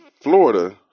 Florida